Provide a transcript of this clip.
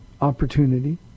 opportunity